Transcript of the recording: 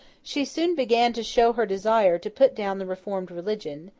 she soon began to show her desire to put down the reformed religion,